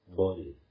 body